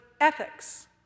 ethics